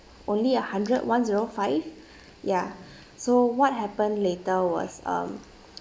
only a hundred one zero five ya so what happen later was um